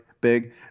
big